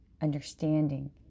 understanding